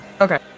Okay